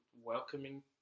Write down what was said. welcoming